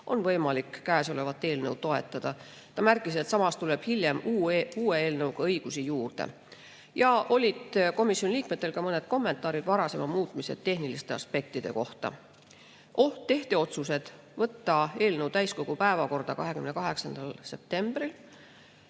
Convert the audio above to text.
on võimalik käesolevat eelnõu toetada. Ta märkis, et samas tuleb hiljem uue eelnõuga õigusi juurde. Komisjoni liikmetel olid ka mõned kommentaarid varasema muutmise tehniliste aspektide kohta. Tehti otsused võtta eelnõu täiskogu päevakorda 28. septembril,